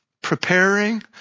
preparing